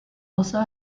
also